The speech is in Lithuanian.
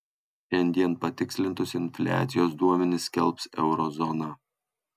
šiandien patikslintus infliacijos duomenis skelbs euro zona